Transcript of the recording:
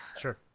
Sure